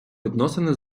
відносини